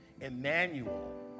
Emmanuel